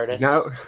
No